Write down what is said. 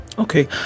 okay